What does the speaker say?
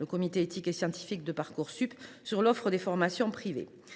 du comité éthique et scientifique de Parcoursup (CESP) sur l’offre de formation privée.